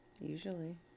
Usually